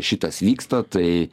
šitas vyksta tai